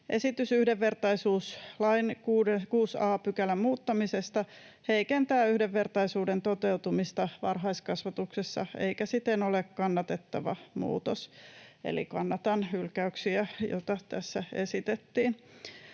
Esitys yhdenvertaisuuslain 6 a §:n muuttamisesta heikentää yhdenvertaisuuden toteutumista varhaiskasvatuksessa eikä siten ole kannatettava muutos, eli kannatan hylkäyksiä, joita tässä esitettiin.